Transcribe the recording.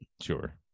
Sure